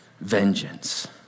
Vengeance